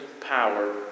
power